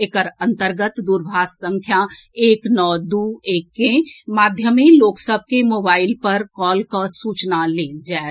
एकर अन्तर्गत दूरभाष संख्या एक नओ दू एक के माध्यमे लोक सभ के मोबाईल पर कॉल कऽ सूचना लेल जाएत